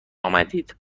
آمدید